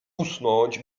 usnąć